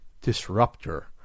disruptor